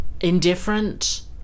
indifferent